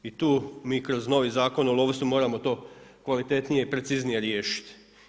I tu mi kroz novi Zakon o lovstvu moramo to kvalitetnije, preciznije riješiti.